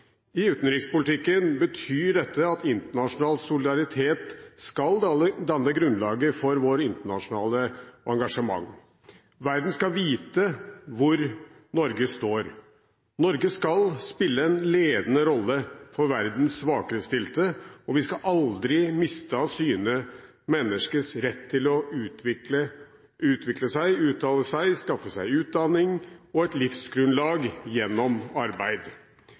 I utenrikspolitikken betyr dette at internasjonal solidaritet skal danne grunnlaget for vårt internasjonale engasjement. Verden skal vite hvor Norge står. Norge skal spille en ledende rolle for verdens svakerestilte, og vi skal aldri miste av syne menneskers rett til å utvikle seg, uttale seg og skaffe seg utdanning og et livsgrunnlag gjennom arbeid.